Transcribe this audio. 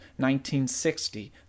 1960